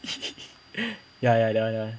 ya ya that one that one